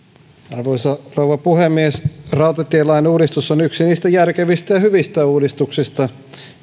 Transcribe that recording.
arvoisa rouva puhemies rautatielain uudistus on yksi niistä järkevistä ja hyvistä uudistuksista